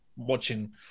watching